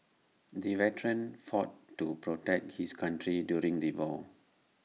the veteran fought to protect his country during the war